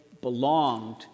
belonged